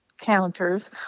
counters